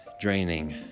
draining